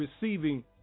receiving